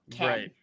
right